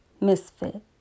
Misfit